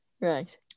Right